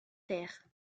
terre